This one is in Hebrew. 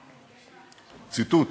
ציטוט: